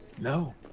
No